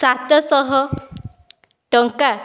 ସାତଶହ ଟଙ୍କା